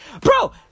Bro